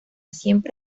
siempre